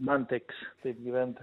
man teks taip gyventi